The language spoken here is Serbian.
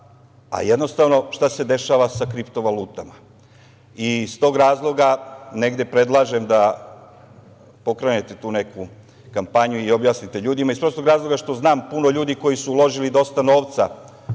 a jednostavno šta se dešava sa kriptovalutoma. Iz tog razloga negde predlažem da pokrenete tu neku kampanju i objasnite ljudima, iz prostog razloga što znam puno ljudi koji su uložili dosta novca